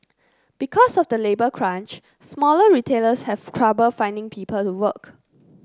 because of the labour crunch smaller retailers have trouble finding people to work